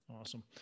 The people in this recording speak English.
Awesome